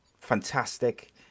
fantastic